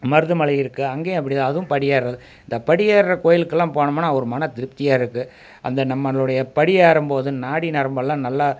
மருதமலை இருக்குது அங்கேயும் அப்படிதான் அதுவும் படியேறுவது இந்த படியேறுகிற கோயிலுக்கெல்லாம் போனமுன்னால் ஒரு மனத்திருப்தியாக இருக்கும் அந்த நம்மளுடைய படியேறும்போது நாடி நரம்பெல்லாம் நல்லா